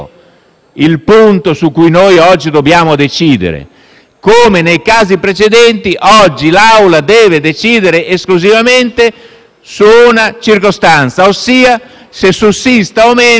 il punto su cui noi oggi dobbiamo decidere. Come nei casi precedenti, oggi l'Assemblea deve decidere esclusivamente su una circostanza, ossia se sussista o meno